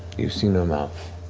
you see no mouth,